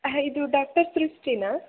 ಹಾಂ ಇದು ಡಾಕ್ಟರ್ ಸೃಷ್ಟಿನಾ